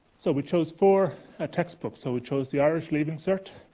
so we chose four textbooks. so, we chose the irish leaving cert,